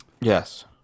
yes